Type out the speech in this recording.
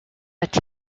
but